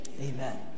Amen